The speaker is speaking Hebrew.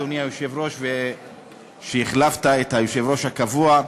אדוני היושב-ראש, החלפת את היושב-ראש הקבוע,